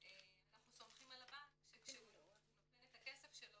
אנחנו סומכים על הבנק שכשהוא נותן את הכסף שלו